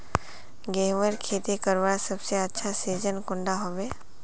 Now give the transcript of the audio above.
गेहूँर खेती करवार सबसे अच्छा सिजिन कुंडा होबे?